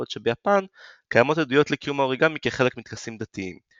בעוד שביפן קיימות עדויות לקיום האוריגמי כחלק מטקסים דתיים,